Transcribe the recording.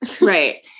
Right